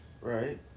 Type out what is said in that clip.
Right